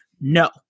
no